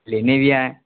لینے بھی آئیں